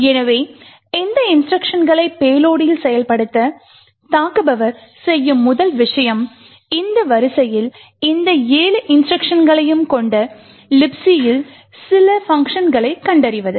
எனவே இந்த இன்ஸ்ட்ருக்ஷன்களை பேலோடில் செயல்படுத்த தாக்குபவர் செய்யும் முதல் விஷயம் இந்த வரிசையில் இந்த 7 இன்ஸ்ட்ருக்ஷன்களையும் கொண்ட Libc ல் சில பங்க்ஷன்களைக் கண்டறிவது